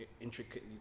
intricately